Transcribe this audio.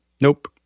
nope